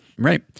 Right